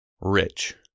rich